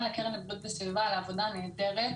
לקרן לבריאות וסביבה על העבודה הנהדרת.